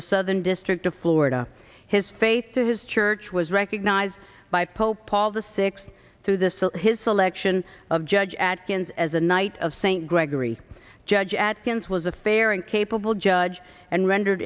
the southern district of florida his faith in his church was recognized by pope paul the six through this his selection of judge adkins as a knight of st gregory judge atkins was a fair and capable judge and rendered